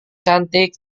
cantik